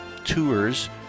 tours